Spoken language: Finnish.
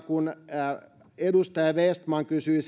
kun edustaja vestman kysyi